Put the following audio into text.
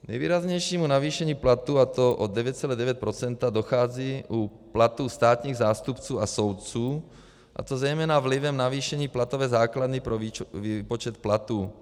K nejvýraznějšímu navýšení platů, a to o 9,9 %, dochází u platů státních zástupců a soudců, a to zejména vlivem navýšení platové základny pro výpočet platů.